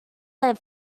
are